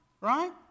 right